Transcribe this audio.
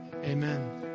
Amen